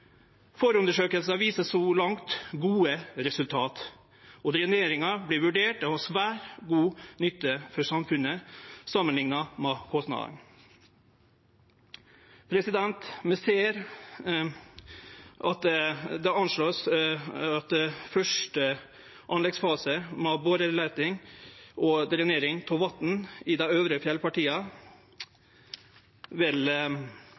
så langt gode resultat, og dreneringa vert vurdert til å ha svært god nytte for samfunnet samanlikna med kostnadene. Vi ser at det vert anslege at den første anleggsfasen med boreleiting og drenering av vatn i dei øvre